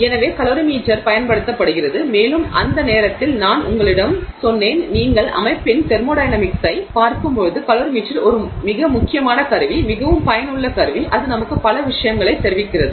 எனவே கலோரிமீட்டர் பயன்படுத்தப்படுகிறது மேலும் அந்த நேரத்தில் நான் உங்களிடம் சொன்னேன் நீங்கள் அமைப்பின் தெர்மோடையனமிக்ஸ்ஸை பார்க்கும்போது கலோரிமீட்டர் ஒரு மிக முக்கியமான கருவி மிகவும் பயனுள்ள கருவி அது நமக்கு பல விஷயங்களை தெரிவிக்கிறது